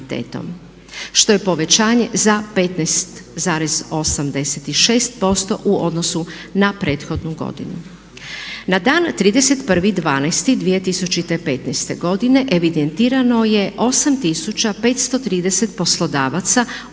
što je povećanje za 15,86% u odnosu na prethodnu godinu. Na dan 31.12.2015. godine evidentirano je 8530 poslodavaca obveznika kvotnog